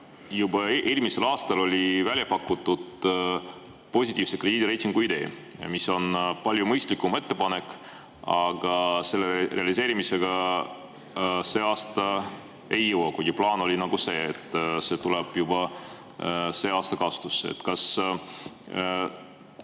juba eelmisel aastal oli välja pakutud positiivse krediidireitingu idee, mis on palju mõistlikum ettepanek, aga seda realiseerida sel aastal ei jõua, kuigi plaan oli see, et see tuleb juba sel aastal kasutusse. Sinu